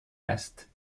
است